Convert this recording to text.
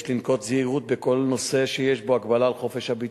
יש לנקוט זהירות בכל נושא שיש בו הגבלה על חופש הביטוי.